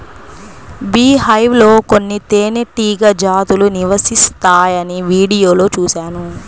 beehive లో కొన్ని తేనెటీగ జాతులు నివసిస్తాయని వీడియోలో చూశాను